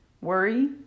worry